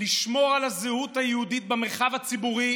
לשמור על הזהות היהודית במרחב הציבורי